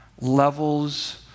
levels